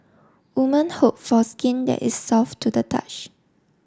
woman hope for skin that is soft to the touch